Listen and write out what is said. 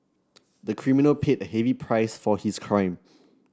the criminal paid a heavy price for his crime